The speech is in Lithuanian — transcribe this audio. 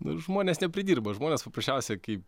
bet žmonės nepridirba žmonės paprasčiausiai kaip